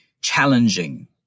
challenging